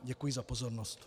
Děkuji za pozornost.